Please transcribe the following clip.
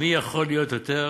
מי יכול להיות יותר